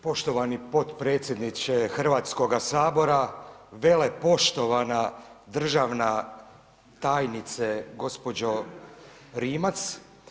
Poštovani potpredsjedniče Hrvatskoga sabora, velepoštovana državna tajnice gospođo Rimac.